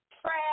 trash